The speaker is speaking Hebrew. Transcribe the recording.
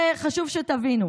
זה חשוב שתבינו: